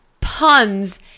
puns